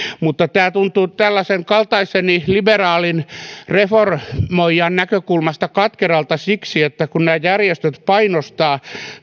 mutta tämä tuntuu tällaisen kaltaiseni liberaalin reformoijan näkökulmasta katkeralta siksi että kun nämä järjestöt painostavat